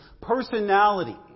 personality